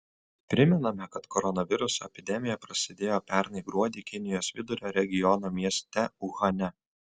primename kad koronaviruso epidemija prasidėjo pernai gruodį kinijos vidurio regiono mieste uhane